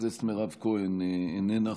חברת הכנסת מירב כהן, איננה.